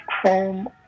chrome